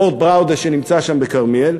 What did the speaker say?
ו"אורט בראודה" שנמצא שם בכרמיאל,